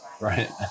Right